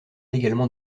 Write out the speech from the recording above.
également